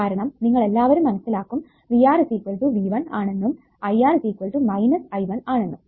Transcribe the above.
കാരണം നിങ്ങളെല്ലവരും മനസ്സിലാക്കും VR V1 ആണെന്നും IR I1 ആണെന്നും